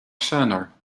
center